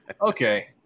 okay